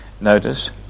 notice